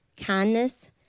kindness